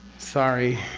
sorry.